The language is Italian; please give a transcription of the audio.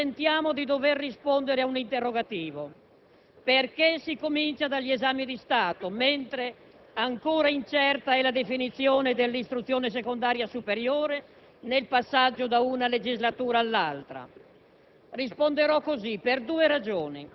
Siamo all'inizio della legislatura e sentiamo di dover rispondere ad un interrogativo: perché si comincia dagli esami di Stato, mentre ancora incerta è la definizione dell'istruzione secondaria superiore, nel passaggio da una legislatura all'altra?